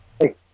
Hey